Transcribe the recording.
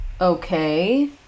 Okay